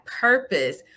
purpose